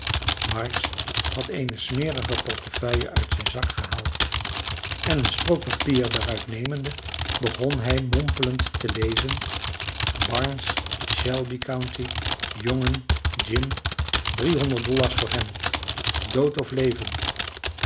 marks had eene smerige portefeuille uit zijn zak gehaald en een strook papier daaruit nemende begon hij mompelende te lezen barnes shelby county jongen jim driehonderd dollars voor hem dood of levend